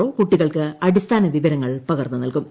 O കുട്ടികൾക്ക് അടിസ്ഥാന വിവരങ്ങൾ പകർന്നു നൽകും